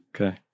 Okay